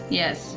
yes